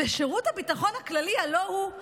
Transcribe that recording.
ושירות הביטחון הכללי, הלוא הוא השב"כ,